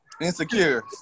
insecure